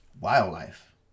wildlife